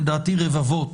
לדעתי רבבות